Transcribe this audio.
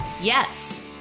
Yes